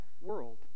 world